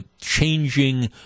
changing